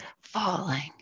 falling